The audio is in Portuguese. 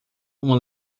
uma